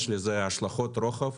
יש לזה השלכות רוחב